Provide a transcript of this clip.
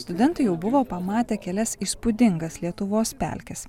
studentai jau buvo pamatę kelias įspūdingas lietuvos pelkes